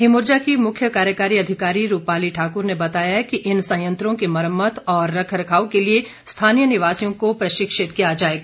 हिमऊर्जा की मुख्य कार्यकारी अधिकारी रूपाली ठाकुर ने बताया कि इन संयंत्रों की मरम्मत और रख रखाव के लिए स्थानीय निवासियों को प्रशिक्षित किया जाएगा